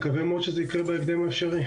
אני מקווה מאוד שזה יקרה בהקדם האפשרי,